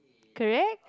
correct